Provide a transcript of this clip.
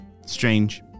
strange